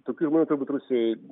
tokiu būdu turbūt rusijoj